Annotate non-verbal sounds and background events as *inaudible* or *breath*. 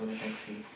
*breath*